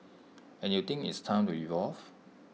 and you think it's time to evolve